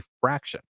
fraction